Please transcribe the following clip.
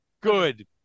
Good